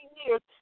years